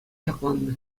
ҫакланнӑ